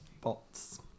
bots